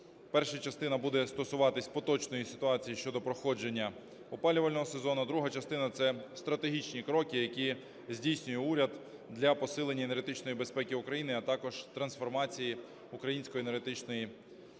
Перша частина буде стосуватися поточної ситуації щодо проходження опалювального сезону, друга частина – це стратегічні кроки, які здійснює уряд для посилення енергетичної безпеки України, а також трансформації української енергетичної системи.